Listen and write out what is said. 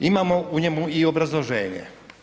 Imamo u njemu i obrazloženje.